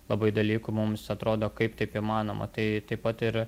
labai dalykų mums atrodo kaip taip įmanoma tai taip pat ir